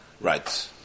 right